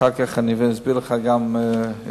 ואחר כך אני אסביר לך יותר בפרוטרוט.